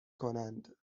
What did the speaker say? کنند